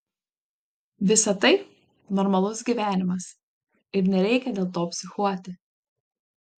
visa tai normalus gyvenimas ir nereikia dėl to psichuoti